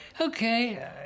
Okay